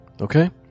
okay